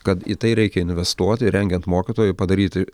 kad į tai reikia investuoti rengiant mokytojų padaryti